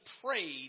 prayed